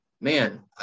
man